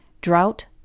drought